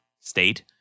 state